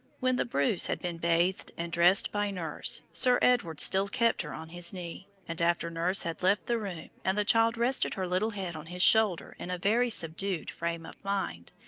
when the bruise had been bathed and dressed by nurse, sir edward still kept her on his knee, and after nurse had left the room, and the child rested her little head on his shoulder in a very subdued frame of mind,